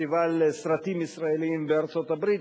פסטיבל סרטים ישראליים בארצות-הברית,